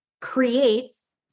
creates